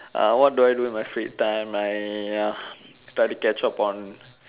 uh what do I do in my free time I uh try to catch up on